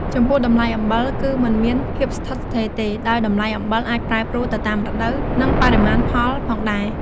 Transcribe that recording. ចំពោះ តម្លៃអំបិលគឺមិនមានភាពស្ថិតស្ថេរទេ ដោយតម្លៃអំបិលអាចប្រែប្រួលទៅតាមរដូវ និងបរិមាណផលផងដែរ។